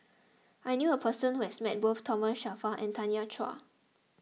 I knew a person who has met both Thomas Shelford and Tanya Chua